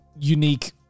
unique